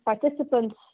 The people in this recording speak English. participants